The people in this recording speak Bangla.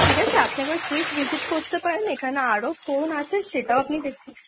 ঠিক আছে আপনি একবার কুইক ভিজিট করতে পারেন এখানে আরও ফোন আছে সেটাও আপনি দেখতে